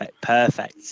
perfect